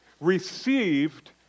Received